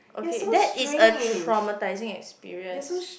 okay that is a traumatising experience